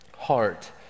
heart